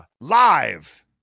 live